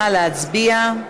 נא להצביע.